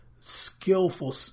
skillful